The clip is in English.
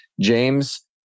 James